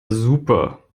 super